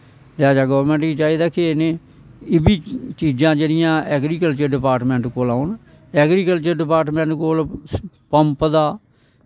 जां ते गौरमैंट गी चाही दा कि एह्बी चीजां जेह्ड़ियां ऐग्रकलचर डिपार्टमैट कोल औन ऐग्रकलचर डिपार्टमैट कोल पंप दा